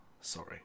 Sorry